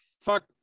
fuck